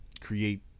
create